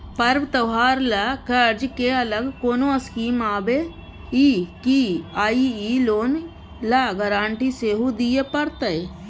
पर्व त्योहार ल कर्ज के अलग कोनो स्कीम आबै इ की आ इ लोन ल गारंटी सेहो दिए परतै?